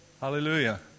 Hallelujah